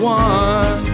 one